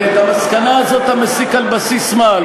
ואת המסקנה הזאת אתה מסיק על בסיס מה?